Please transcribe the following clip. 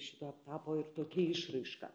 šito etapo ir tokia išraiška